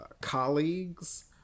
colleagues